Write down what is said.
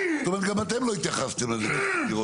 זאת אומרת גם אתם לא התייחסתם לזה שזה שתי דירות.